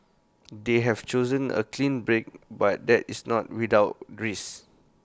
they have chosen A clean break but that is not without risk